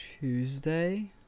Tuesday